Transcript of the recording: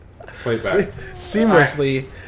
Seamlessly